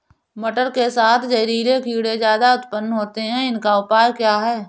मटर के साथ जहरीले कीड़े ज्यादा उत्पन्न होते हैं इनका उपाय क्या है?